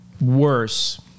worse